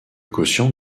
quotient